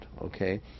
okay